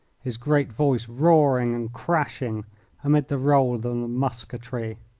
his great voice roaring and crashing amid the roll of the musketry.